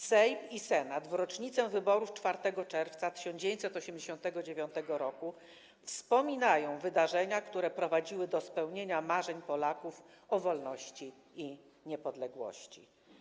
Sejm i Senat w rocznicę wyborów 4 czerwca 1989 roku wspominają wydarzenia, które prowadziły do spełnienia marzeń Polaków o wolności i niepodległości.